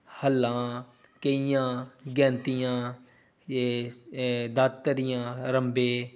ਹੱਲਾਂ ਕਹੀਆਂ ਗੈਤੀਆਂ ਇਹ ਦਾਤਰੀਆਂ ਰੰਬੇ